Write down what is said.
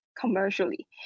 commercially